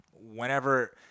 whenever